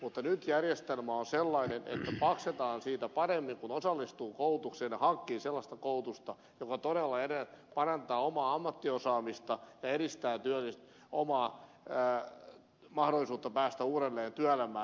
mutta nyt järjestelmä on sellainen että maksetaan siitä paremmin kun osallistuu koulutukseen ja hankkii sellaista koulutusta joka todella parantaa omaa ammattiosaamista ja edistää omaa mahdollisuutta päästä uudelleen työelämään